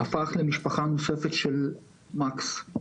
הפך למשפחה נוספת של מקס.